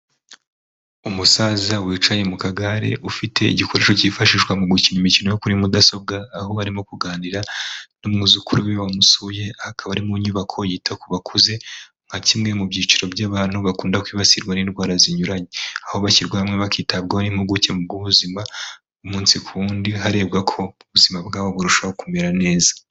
Umusaza wicaye mu kagare ufite igikoresho cyifashishwa mu gukina imikino yo kuri mudasobwa aho barimo kuganira n'umwuzukuru we wamumusuye akaba ari mu nyubako yita ku bakuze nka kimwe mu byiciro by'abantu bakunda kwibasirwa n'indwara zinyuranye, aho bashyirwa hamwe bakitabwaho n'impuguke mu by'ubuzima umunsi ku w'undi harebwa ko ubuzima bwabo burushaho kumera neza.